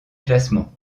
classement